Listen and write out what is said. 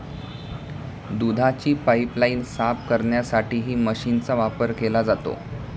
दुधाची पाइपलाइन साफ करण्यासाठीही मशीनचा वापर केला जातो